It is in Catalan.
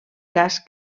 cas